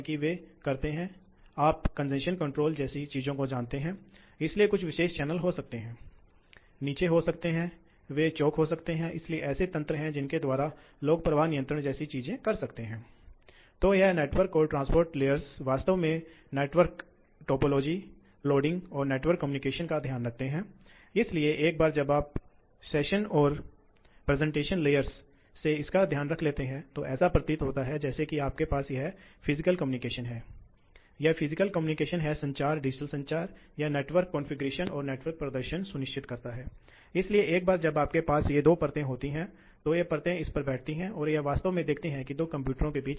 तो आप देखते हैं कि डैमेज कंट्रोल में जैसा कि आप 100 से 80 तक जा रहे हैं ऊर्जा दोष केवल इतना ही है बहुत कम है इसलिए आपके पास 20 प्रतिशत प्रवाह में कमी है लेकिन संभवत पांच प्रतिशत ऊर्जा की कमी है बिजली की कमी यह दबाव नहीं है यह शक्ति है गलत है ठीक है यही कारण है कि यह विधि इतनी ऊर्जा कुशल नहीं है आप ऊर्जा की बचत नहीं कर रहे हैं प्रवाह कम हो रहा है लेकिन आप ऊर्जा प्रवाहित नहीं कर रहे हैं लेकिन यह बहुत आसान विधि है आपको अधिक की आवश्यकता नहीं है आपको या तो एक वाल्व या एक स्पंज की आवश्यकता है आप इसे बंद करते हैं और खोलते हैं